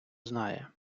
знає